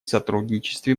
сотрудничестве